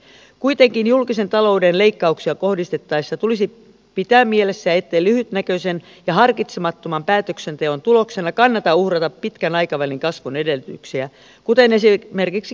kuitenkin julkisen talouden leikkauksia kohdistettaessa tulisi pitää mielessä ettei lyhytnäköisen ja harkitsemattoman päätöksenteon tuloksena kannata uhrata pitkän aikavälin kasvun edellytyksiä kuten esimerkiksi koulutusta